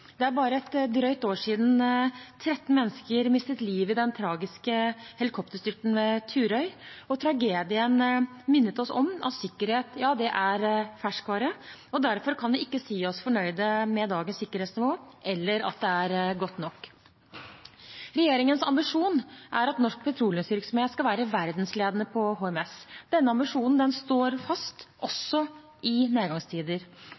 Det er bare et drøyt år siden 13 mennesker mistet livet i den tragiske helikopterstyrten ved Turøy. Tragedien minnet oss om at sikkerhet er ferskvare. Derfor kan vi ikke si oss fornøyd med dagens sikkerhetsnivå, eller at det er godt nok. Regjeringens ambisjon er at norsk petroleumsvirksomhet skal være verdensledende på HMS. Denne ambisjonen står fast, også i nedgangstider.